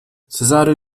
cezary